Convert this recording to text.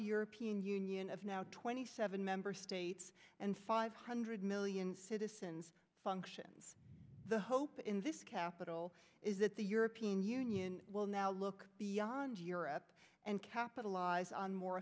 european union of now twenty seven member states and five hundred million citizens functions the hope in this capital is that the european union will now look beyond europe and capitalize on more